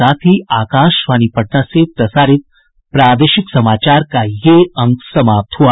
इसके साथ ही आकाशवाणी पटना से प्रसारित प्रादेशिक समाचार का ये अंक समाप्त हुआ